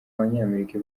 abanyamerika